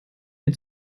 mit